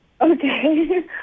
Okay